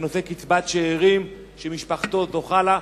בנושא קצבת שאירים שמשפחתו זוכה לה.